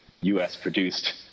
US-produced